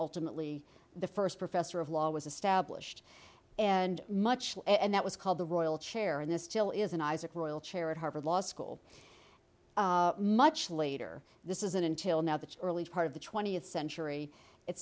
ultimately the first professor of law was established and much and that was called the royal chair and this still isn't isaac royal chair at harvard law school much later this isn't until now the early part of the twentieth century at